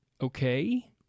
Okay